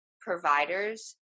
providers